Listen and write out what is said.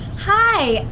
hi,